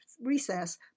recess